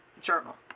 journal